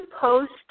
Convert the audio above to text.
post